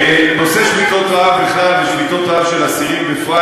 נושא שביתות רעב בכלל ושביתות רעב של אסירים בפרט